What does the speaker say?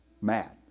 mad